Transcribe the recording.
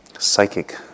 Psychic